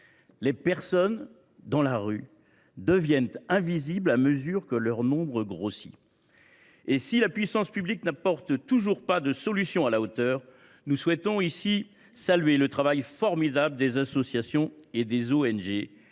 les personnes dans la rue deviennent invisibles à mesure que leur nombre grossit. Si la puissance publique n’apporte toujours pas de solution à la hauteur du problème, nous souhaitons saluer le travail formidable des associations et des ONG.